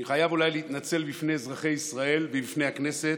אני חייב אולי להתנצל בפני אזרחי ישראל ובפני הכנסת,